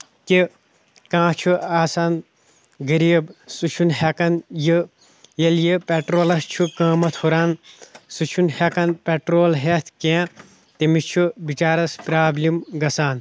کہِ کانٛہہ چھُ آسان غریٖب سُہ چھُنہٕ ہٮ۪کان یہِ ییٚلہِ یہِ پیٹرولَس چھُ قۭمَتھ ہُران سُہ چھُنہٕ ہٮ۪کان پیٹرول ہیٚتھ کیٚنٛہہ تٔمِس چھُ بِچارَس پرابلِم گژھان